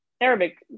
Arabic